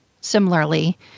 similarly